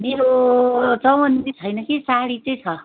मेरो चौबन्दी छैन कि साडी चाहिँ छ